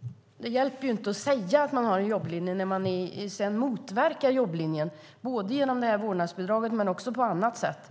Men det hjälper inte att säga att man har en jobblinje när man sedan motverkar jobblinjen både genom vårdnadsbidraget och på annat sätt,